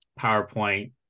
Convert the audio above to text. PowerPoint